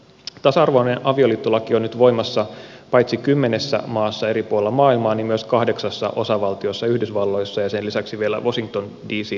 tasa arvoinen avioliittolaki on nyt voimassa paitsi kymmenessä maassa eri puolilla maailmaa myös kahdeksassa osavaltiossa yhdysvalloissa ja sen lisäksi vielä washington dcn alueella